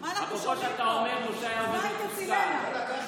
מה אנחנו שומעים פה, אוזניים תצילנה.